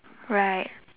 right